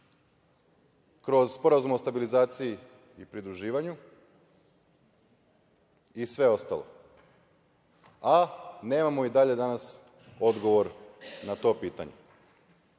kroz Sporazum o stabilizaciji i pridruživanju i sve ostalo, a nemamo i dalje danas odgovor na to